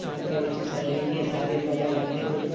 पार्कें बिच्च बेहियै सारे मजा लैंदे न